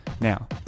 now